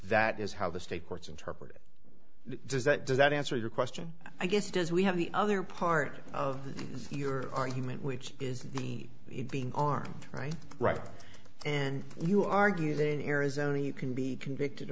that is how the state courts interpret it does that does that answer your question i guess does we have the other part of your argument which is it being our right right and you argue that in arizona you can be convicted